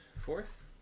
Fourth